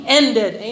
ended